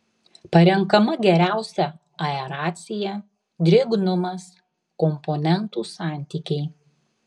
parenkama geriausia aeracija drėgnumas komponentų santykiai